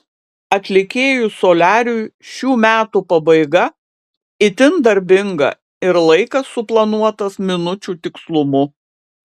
atlikėjui soliariui šių metų pabaiga itin darbinga ir laikas suplanuotas minučių tikslumu